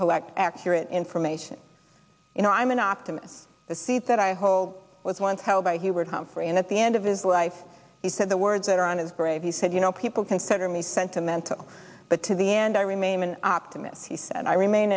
collect accurate information you know i'm an optimist a seed that i hold was once held by you were humphrey and at the end of his life he said the words that are on his grave he said you know people consider me sentimental but to the end i remain an optimist he said i remain